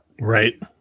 Right